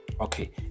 okay